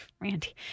randy